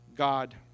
God